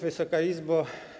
Wysoka Izbo!